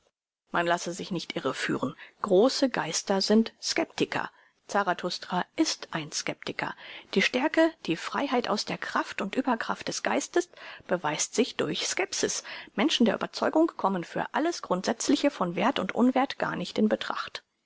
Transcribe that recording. man lasse sich nicht irreführen große geister sind skeptiker zarathustra ist ein skeptiker die stärke die freiheit aus der kraft und überkraft des geistes beweist sich durch skepsis menschen der überzeugung kommen für alles grundsätzliche von werth und unwerth gar nicht in betracht